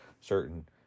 certain